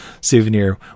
souvenir